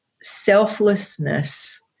selflessness